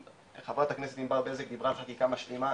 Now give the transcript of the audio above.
חברת הכנסת ענבר גזית דיברה על חקיקה משלימה,